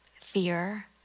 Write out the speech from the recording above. fear